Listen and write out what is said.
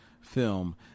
film